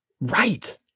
right